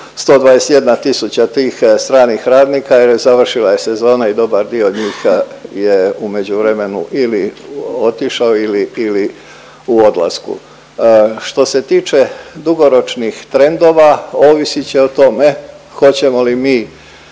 121 tisuća tih stranih radnika jer je završila je sezona i dobar dio njih je u međuvremenu ili otišao ili, ili u odlasku. Što se tiče dugoročnih trendova, ovisit će o tome hoćemo li mi